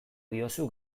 diozu